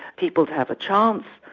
people to have a chance,